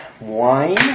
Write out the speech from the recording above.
wine